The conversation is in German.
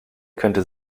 könnte